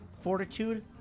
Fortitude